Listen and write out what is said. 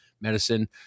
medicine